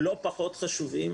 לא פחות חשובים,